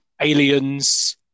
Aliens